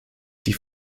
die